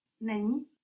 Nani